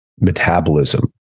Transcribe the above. metabolism